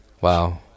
Wow